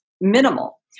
minimal